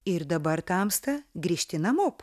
ir dabar tamsta grįžti namo